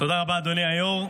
תודה רבה, אדוני היו"ר.